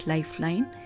Lifeline